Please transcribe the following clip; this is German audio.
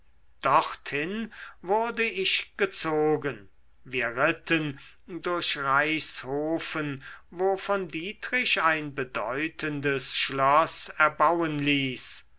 dorthin wurde ich gezogen wir ritten durch reichshofen wo von dietrich ein bedeutendes schloß erbauen ließ